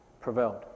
prevailed